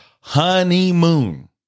Honeymoon